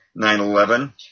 9-11